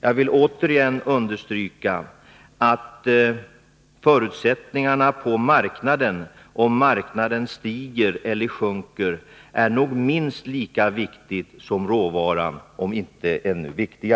Jag vill återigen understryka att skatteberg förutsättningarna på marknaden, dvs. om marknaden är i stigande eller sjunkande, är minst lika viktig som råvarutillgången, kanske ännu viktiga